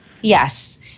Yes